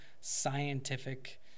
scientific